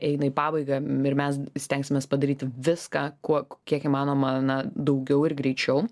eina į pabaigą ir mes stengsimės padaryti viską kuo kiek įmanoma na daugiau ir greičiau